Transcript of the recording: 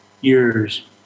years